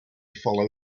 follow